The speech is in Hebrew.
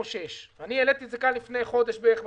חושש אני העליתי את זה בוועדה לפני חודש בערך,